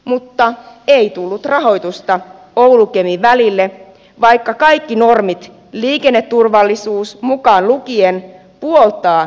mutta ei tullut rahoitusta oulukemi välille vaikka kaikki normit liikenneturvallisuus mukaan lukien puoltavat tien parantamista